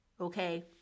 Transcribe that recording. okay